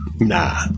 Nah